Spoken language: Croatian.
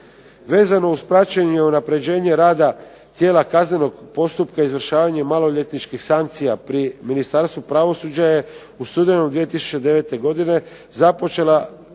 Vezano uz praćenje i unapređenje rada Tijela kaznenog postupka izvršavanja maloljetničkih sankcija pri Ministarstvu pravosuđa je u studenom 2009. godine započelo